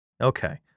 Okay